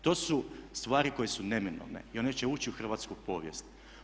To su stvari koje su neminovne i one će ući u hrvatsku povijest.